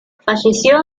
falleció